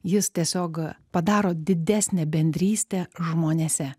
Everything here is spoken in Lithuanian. jis tiesiog padaro didesnę bendrystę žmonėse